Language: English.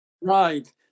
Right